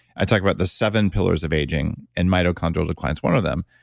i talk about the seven pillars of aging and mitochondrial decline is one of them.